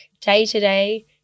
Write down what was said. day-to-day